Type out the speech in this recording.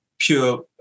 pure